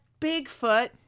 Bigfoot